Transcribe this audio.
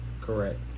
correct